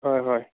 হয় হয়